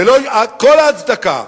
ולא תהיה כל הצדקה